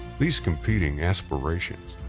these competing aspirations,